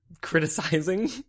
criticizing